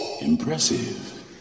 Impressive